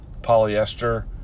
polyester